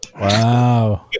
Wow